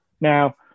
Now